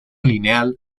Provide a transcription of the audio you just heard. lineal